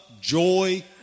joy